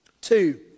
Two